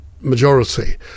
majority